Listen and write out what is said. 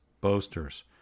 boasters